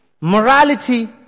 morality